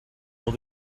will